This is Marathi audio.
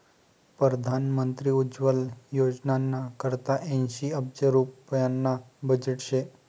परधान मंत्री उज्वला योजनाना करता ऐंशी अब्ज रुप्याना बजेट शे